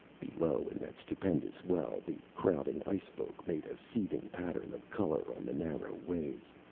below, in that stupendous well, the crowding ice-folk made a seething pattern of color on the narrow ways.